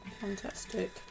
Fantastic